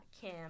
Kim